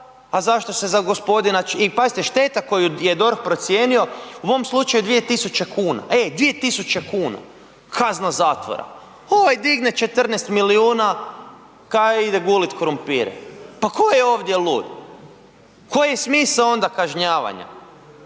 a zašto se za gospodina i pazite šteta koju je DORH procijenio u mom slučaju 2.000 kuna, ej 2.000 kuna, kazna zatvora. Ovaj digne 14 milijuna … ide gulit krumpire. Pa ko je ovdje lud? Koji je smisao onda kažnjavanja?